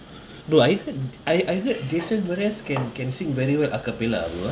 no I heard I I heard jason mraz can can sing very well acapella no ah